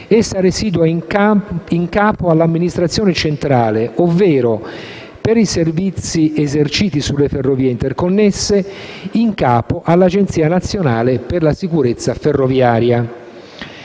essa residua in capo all'amministrazione centrale ovvero, per i servizi eserciti sulle ferrovie interconnesse, in capo all'Agenzia nazionale per la sicurezza delle